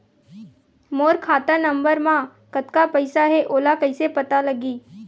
मोर खाता नंबर मा कतका पईसा हे ओला कइसे पता लगी?